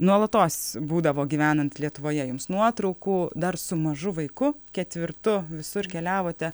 nuolatos būdavo gyvenant lietuvoje jums nuotraukų dar su mažu vaiku ketvirtu visur keliavote